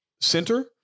center